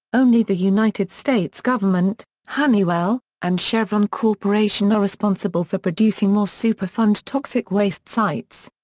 only the united states government, honeywell, and chevron corporation are responsible for producing more superfund toxic waste sites.